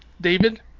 David